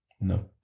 No